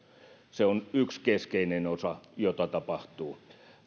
se on yksi keskeinen osa joka tapahtuu